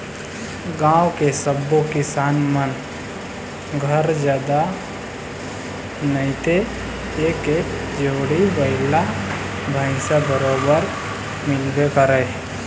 गाँव के सब्बो किसान मन घर जादा नइते एक एक जोड़ी बइला भइसा बरोबर मिलबे करय